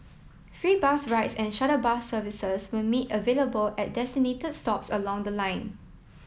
free bus rides and shuttle bus service were made available at designated stops along the line